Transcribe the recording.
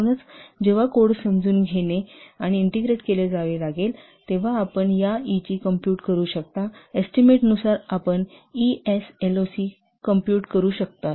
म्हणूनच जेव्हा कोड समजून घेणे आणि ईंटेग्रेट केले जावे लागेल तेव्हा आपण या ईची कॉम्पूट करू शकता एस्टीमेटनुसार आपण ईएसएलओसी कॉम्पूट करू शकता